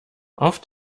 auf